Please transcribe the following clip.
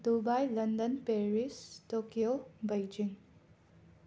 Dubai London Paris Tokyo Beijing